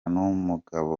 n’umugabo